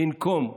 לנקום,